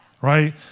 right